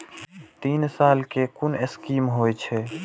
तीन साल कै कुन स्कीम होय छै?